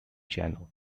channel